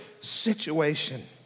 situation